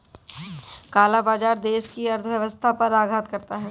काला बाजार देश की अर्थव्यवस्था पर आघात करता है